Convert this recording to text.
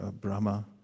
Brahma